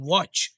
Watch